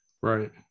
right